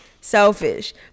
selfish